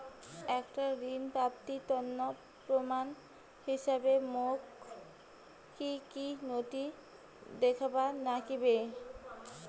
একটা ঋণ প্রাপ্তির তন্ন প্রমাণ হিসাবে মোক কী কী নথি দেখেবার নাগিবে?